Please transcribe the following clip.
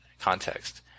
context